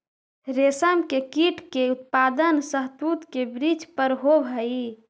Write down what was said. रेशम के कीट के उत्पादन शहतूत के वृक्ष पर होवऽ हई